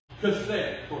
cassette